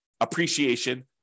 appreciation